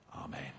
Amen